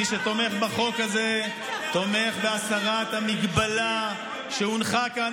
מי שתומך בחוק הזה תומך בהסרת ההגבלה שהונחה כאן,